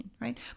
right